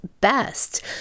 best